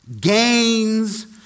gains